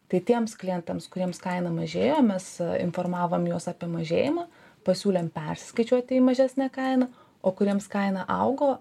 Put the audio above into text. tai tiems klientams kuriems kaina mažėjo mes informavom juos apie mažėjimą pasiūlėm perskaičiuoti į mažesnę kainą o kuriems kaina augo